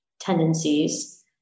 tendencies